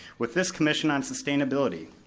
with this commission on sustainability,